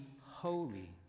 holy